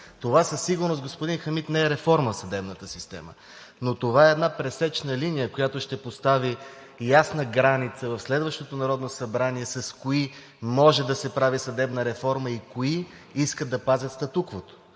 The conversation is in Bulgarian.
Това със сигурност, господин Хамид, не е реформа в съдебната система, но това е една пресечна линия, която ще постави ясна граница в следващото Народно събрание с кои може да се прави съдебна реформа и кои искат да пазят статуквото.